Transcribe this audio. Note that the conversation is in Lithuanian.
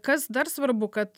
kas dar svarbu kad